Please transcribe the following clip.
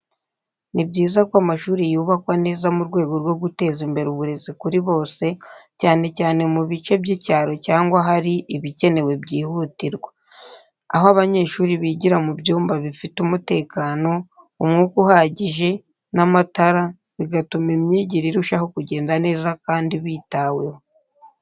Ni byiza ko amashuri yubakwa neza mu rwego rwo guteza imbere uburezi kuri bose, cyane cyane mu bice by’icyaro cyangwa ahari ibikenewe byihutirwa. Aho abanyeshuri bigira mu byumba bifite umutekano, umwuka uhagije, n’amatara, bigatuma imyigire irushaho kugenda neza kandi bitaweho.